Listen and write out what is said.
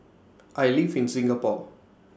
I live in Singapore